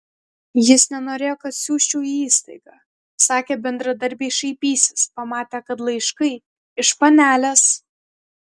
jis nenorėjo kad siųsčiau į įstaigą sakė bendradarbiai šaipysis pamatę kad laiškai iš panelės